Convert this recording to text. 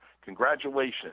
Congratulations